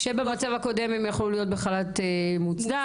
כאשר במצב הקודם הן יכלו להיות בחל"ת מוצדק,